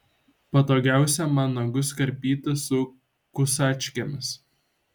patogiausia man nagus karpyti su kusačkėmis